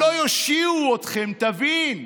הם לא יושיעו אתכם, תבין.